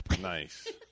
Nice